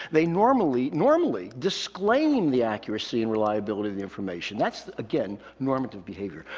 they normally, normally disclaim the accuracy and reliability of the information. that's, again, normative behavior.